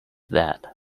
that